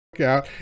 out